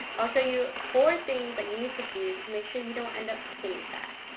i'll show you four things that you need to do to make sure you don't end up skinny fat.